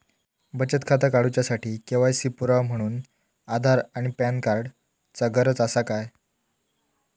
बचत खाता काडुच्या साठी के.वाय.सी पुरावो म्हणून आधार आणि पॅन कार्ड चा गरज आसा काय?